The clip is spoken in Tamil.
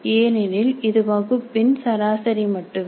ஏனெனில் இது வகுப்பின் சராசரி மட்டுமே